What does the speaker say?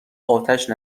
اتش